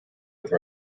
have